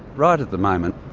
right at the moment,